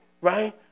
right